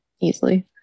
easily